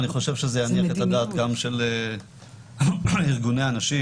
ואני חושב שזה יניח את הדעת גם של ארגוני הנשים